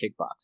kickboxing